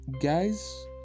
guys